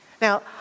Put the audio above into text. Now